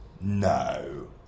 No